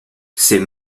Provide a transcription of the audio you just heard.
c’est